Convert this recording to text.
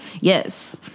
Yes